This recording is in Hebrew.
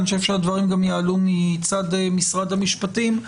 ואני חושב שהדברים גם יעלו מצד משרד המשפטים,